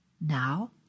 Now